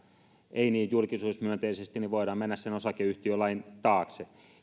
ei niin julkisuusmyönteisesti niin voidaan mennä sen osakeyhtiölain taakse